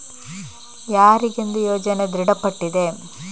ಯಾರಿಗೆಂದು ಯೋಜನೆ ದೃಢಪಟ್ಟಿದೆ?